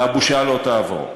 והבושה לא תעבור.